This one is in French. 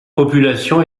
population